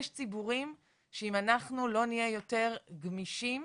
שם אנחנו לא נהיה יותר גמישים,